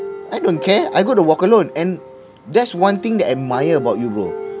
I don't care I'm going to walk alone and that's one thing that I admire about you bro